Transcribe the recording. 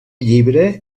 llibre